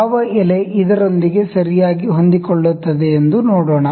ಯಾವ ಎಲೆ ಇದರೊಂದಿಗೆ ಸರಿಯಾಗಿ ಹೊಂದಿಕೊಳ್ಳುತ್ತದೆ ಎಂದು ನೋಡೋಣ